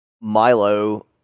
Milo